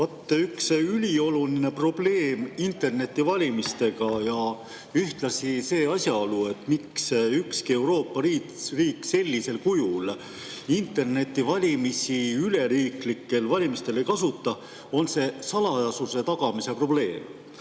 Vaat üks ülioluline probleem internetivalimistega ja ühtlasi see asjaolu, miks ükski Euroopa riik sellisel kujul internetivalimisi üleriigilistel valimistel ei kasuta, on see salajasuse tagamise probleem.